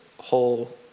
whole